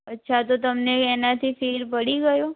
અચ્છા તો તમને એનાથી ફેર પડી ગયો